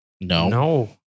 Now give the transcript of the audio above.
No